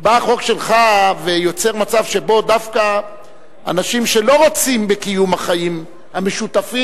בא החוק שלך ויוצר מצב שבו דווקא אנשים שלא רוצים בקיום החיים המשותפים,